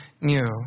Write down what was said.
new